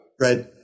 Right